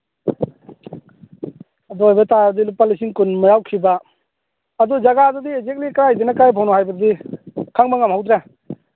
ꯑꯗꯨ ꯑꯣꯏꯕ ꯇꯥꯔꯗꯤ ꯂꯨꯄꯥ ꯂꯤꯁꯤꯡ ꯀꯨꯟ ꯌꯥꯎꯈꯤꯕ ꯑꯗꯨ ꯖꯒꯥꯗꯨꯗꯤ ꯑꯦꯛꯖꯦꯛꯂꯤ ꯀꯥꯏꯗꯩꯅ ꯀꯥꯏꯐꯥꯎꯅꯣ ꯍꯥꯏꯕꯗꯤ ꯈꯪꯕ ꯉꯝꯍꯧꯗ꯭ꯔꯦ